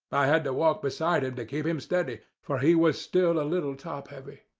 i had to walk beside him to keep him steady, for he was still a little top-heavy.